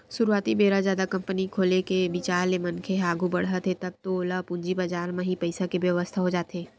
सुरुवाती बेरा जादा बड़ कंपनी खोले के बिचार ले मनखे ह आघू बड़हत हे तब तो ओला पूंजी बजार म ही पइसा के बेवस्था हो जाथे